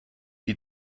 die